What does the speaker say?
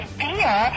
beer